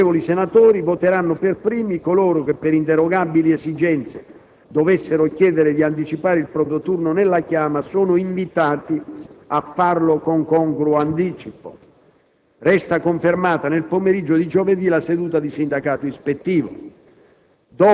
Gli onorevoli senatori voteranno per primi. Coloro che, per inderogabili esigenze, dovessero chiedere di anticipare il proprio turno nella chiama, sono invitati a farlo con congruo anticipo. Resta confermata nel pomeriggio di giovedì la seduta di sindacato ispettivo.